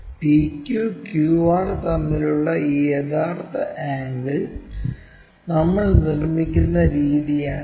PQ QR തമ്മിലുള്ള ഈ യഥാർത്ഥ ആംഗിൾ നമ്മൾ നിർമ്മിക്കുന്ന രീതിയാണിത്